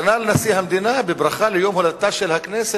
כנ"ל נשיא המדינה בברכה ליום הולדתה של הכנסת,